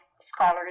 Scholars